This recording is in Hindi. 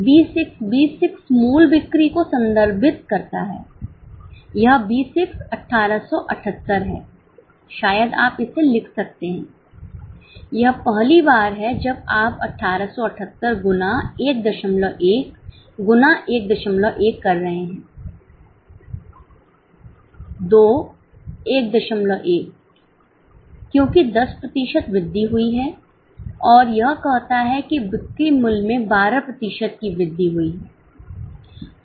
B 6 B 6 मूल बिक्री को संदर्भित करता है यह B 6 1878 है शायद आप इसे लिख सकते हैं यह पहली बार है जब आप 1878 गुना 11 गुना 11 कर रहे हैं 2 11 क्योंकि 10 प्रतिशत वृद्धि हुई है और यह कहता है कि बिक्री मूल्य में 12 प्रतिशत की वृद्धि हुई है